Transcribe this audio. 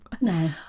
no